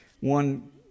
One